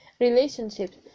relationships